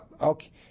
okay